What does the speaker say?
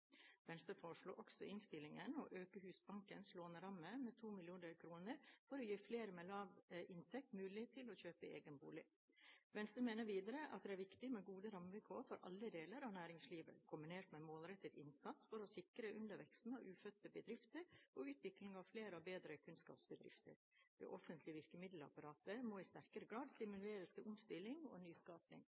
Venstre foreslår også i innstillingen å øke Husbankens låneramme med 2 mrd. kr for å gi flere med lav inntekt mulighet til å kjøpe egen bolig. Venstre mener videre at det er viktig med gode rammevilkår for alle deler av næringslivet, kombinert med en målrettet innsats for å sikre underveksten av ufødte bedrifter og utvikle flere og bedre kunnskapsbedrifter. Det offentlige virkemiddelapparatet må i sterkere grad stimulere til omstilling og nyskaping.